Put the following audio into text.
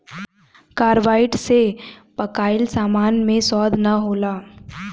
carbide से पकाइल सामान मे स्वाद ना होला